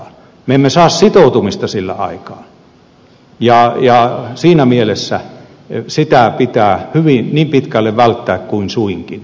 me emme saa sitoutumista sillä aikaan ja siinä mielessä sitä pitää niin pitkälle välttää kuin suinkin